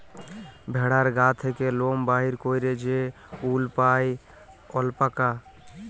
ভেড়ার গা থ্যাকে লম বাইর ক্যইরে যে উল পাই অল্পাকা